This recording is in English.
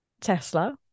Tesla